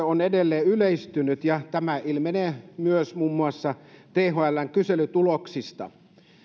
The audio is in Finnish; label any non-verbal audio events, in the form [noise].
[unintelligible] on edelleen yleistynyt ja tämä ilmenee myös muun muassa thln kyselytuloksista